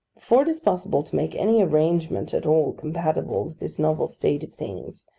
before it is possible to make any arrangement at all compatible with this novel state of things,